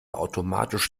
automatisch